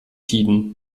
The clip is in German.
tiden